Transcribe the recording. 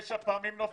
דבריי